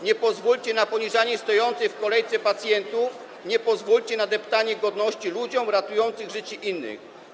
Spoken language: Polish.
Nie pozwólcie na poniżanie stojących w kolejce pacjentów, nie pozwólcie na deptanie godności ludzi ratujących życie innych.